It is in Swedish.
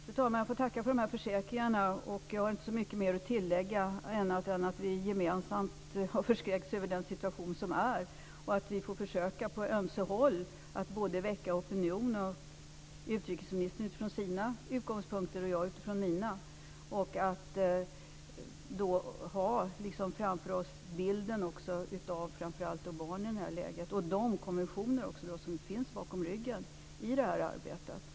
Fru talman! Jag får tacka för utrikesministerns försäkringar. Jag har inte så mycket att tillägga, annat än att vi gemensamt har förskräckts över situationen. Vi får försöka att på ömse håll väcka opinion, utrikesministern utifrån sina utgångspunkter och jag utifrån mina. Vi måste då ha framför oss bilden av barnen och de konventioner som finns på detta område.